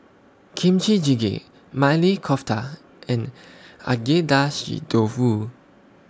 Kimchi Jjigae Maili Kofta and Agedashi Dofu